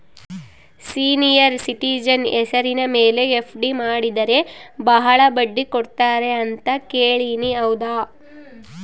Senior citizen ಹೆಸರ ಮೇಲೆ FD ಮಾಡಿದರೆ ಬಹಳ ಬಡ್ಡಿ ಕೊಡ್ತಾರೆ ಅಂತಾ ಕೇಳಿನಿ ಹೌದಾ?